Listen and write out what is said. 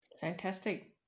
Fantastic